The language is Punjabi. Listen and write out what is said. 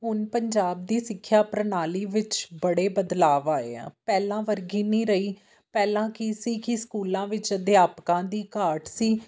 ਹੁਨ ਪੰਜਾਬ ਦੀ ਸਿੱਖਿਆ ਪ੍ਰਣਾਲੀ ਵਿੱਚ ਬੜੇ ਬਦਲਾਅ ਆਏ ਆਂ ਪਹਿਲਾਂ ਵਰਗੇ ਨਹੀਂ ਰਹੀ ਪਹਿਲਾਂ ਕੀ ਸੀ ਕਿ ਸਕੂਲਾਂ ਵਿੱਚ ਅਧਿਆਪਕਾਂ ਦੀ ਘਾਟ ਸੀ